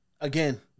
Again